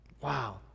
wow